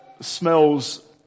smells